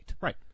Right